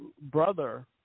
brother